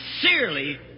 sincerely